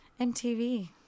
MTV